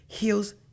Heals